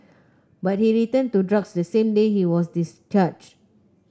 but he returned to drugs the same day he was discharged